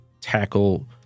tackle